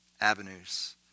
avenues